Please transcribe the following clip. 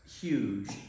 huge